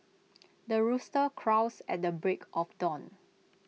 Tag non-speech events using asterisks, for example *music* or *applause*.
*noise* the rooster crows at the break of dawn